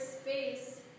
space